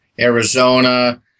Arizona